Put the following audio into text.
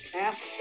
Ask